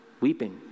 weeping